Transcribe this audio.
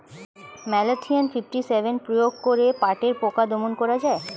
Malathion fifty seven প্রয়োগ করে পাটের পোকা দমন করা যায়?